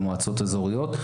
במועצות אזוריות,